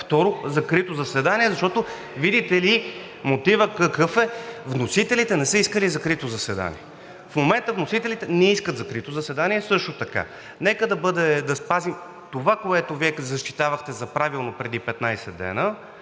второ, закрито заседание, защото, видите ли, мотивът е – вносителите не са искали закрито заседание. В момента вносителите също така не искат закрито заседание. Нека да спазим това, което Вие защитавахте за правилно преди 15 дена,